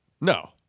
No